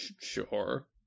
Sure